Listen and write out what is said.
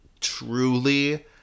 truly